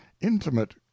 intimate